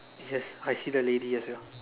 yes I see the lady as well